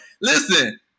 Listen